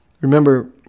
Remember